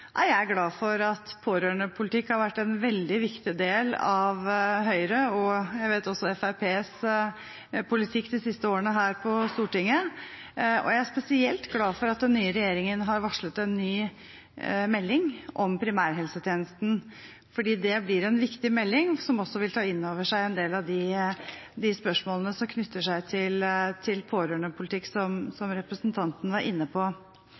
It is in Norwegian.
er jeg glad for at pårørendepolitikk har vært en veldig viktig del av Høyres politikk – og også Fremskrittspartiets politikk de siste årene her på Stortinget, vet jeg. Jeg er spesielt glad for at den nye regjeringen har varslet en ny melding om primærhelsetjenesten, for det blir en viktig melding, som også vil ta inn over seg en del av de spørsmålene som knytter seg til pårørendepolitikk, som representanten var inne på.